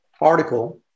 article